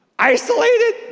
Isolated